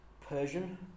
Persian